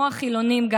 גם החילונים,